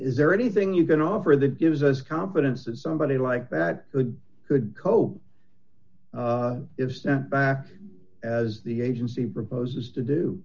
is there anything you can offer that gives us confidence that somebody like that could cope is sent back as the agency proposes to do